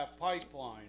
pipeline